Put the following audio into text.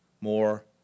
more